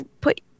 put